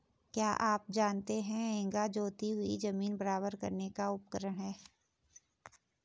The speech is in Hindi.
क्या आप जानते है हेंगा जोती हुई ज़मीन बराबर करने का उपकरण है?